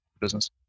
business